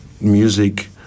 music